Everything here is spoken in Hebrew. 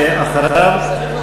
ואחריו,